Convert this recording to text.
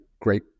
great